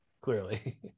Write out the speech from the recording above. clearly